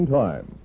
time